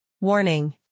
Warning